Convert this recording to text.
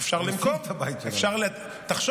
אין מה לעקל, הורסים אותו.